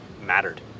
mattered